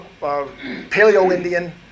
Paleo-Indian